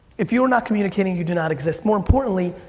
if you are not communicating, you do not exist. more importantly,